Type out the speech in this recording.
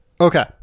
Okay